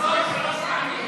תחזור שלוש פעמים.